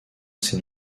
ces